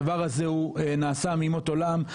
הדבר הזה הוא נעשה מימות עולם,